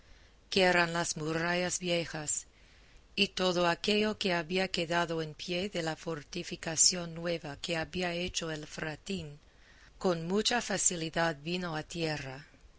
eran las murallas viejas y todo aquello que había quedado en pie de la fortificación nueva que había hecho el fratín con mucha facilidad vino a tierra